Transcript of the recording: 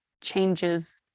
changes